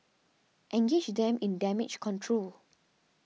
engage them in damage control